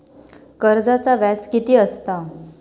कर्जाचा व्याज कीती असता?